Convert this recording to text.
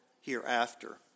hereafter